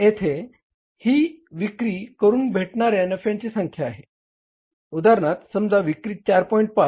येथे ही विक्री करून भेटणाऱ्या नफ्याची संख्या आहे उदाहरणार्थ समजा विक्री 4